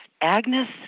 Agnes